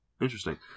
interesting